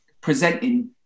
presenting